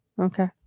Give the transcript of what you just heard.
Okay